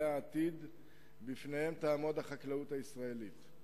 העתיד שבפניהם תעמוד החקלאות הישראלית.